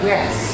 Yes